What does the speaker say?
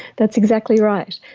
that's exactly right.